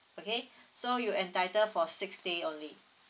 okay so you entitle for six day only